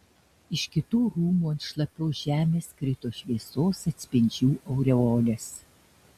iš kitų rūmų ant šlapios žemės krito šviesos atspindžių aureolės